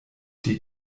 die